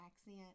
accent